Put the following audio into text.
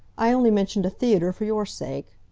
i only mentioned a theatre for your sake.